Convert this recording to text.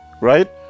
right